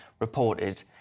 reported